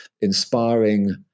inspiring